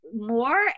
more